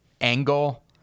angle